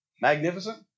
Magnificent